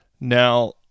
now